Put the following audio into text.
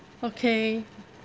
okay